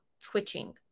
twitching